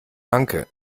danke